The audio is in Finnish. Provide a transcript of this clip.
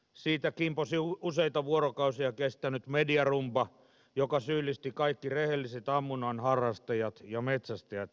siitä kimposi useita vuorokausia kestänyt mediarumba joka syyllisti kaikki rehelliset ammunnan harrastajat ja metsästäjät